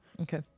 okay